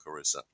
Carissa